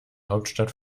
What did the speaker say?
hauptstadt